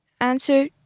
Answer